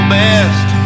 best